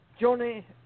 Johnny